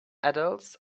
adults